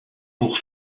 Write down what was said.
pour